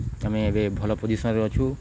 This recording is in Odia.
ଏବେ ଆମେ ଏବେ ଭଲ ପୋଜିସନ୍ରେ ଅଛୁ